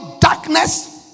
darkness